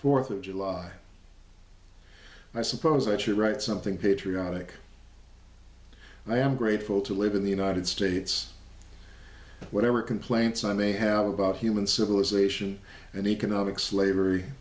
fourth of july i suppose i should write something patriotic i am grateful to live in the united states whatever complaints i may have human civilization and economic slavery